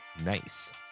Nice